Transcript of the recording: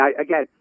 again